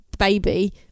baby